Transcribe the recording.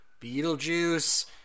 Beetlejuice